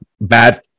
bad